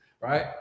right